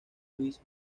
luis